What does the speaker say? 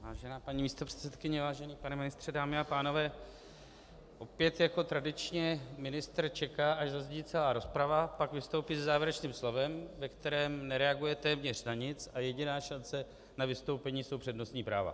Vážená paní místopředsedkyně, vážený pane ministře, dámy a pánové, opět jako tradičně ministr čeká, až zazní celá rozprava, pak vystoupí se závěrečným slovem, ve kterém nereaguje téměř na nic, a jediná šance na vystoupení jsou přednostní práva.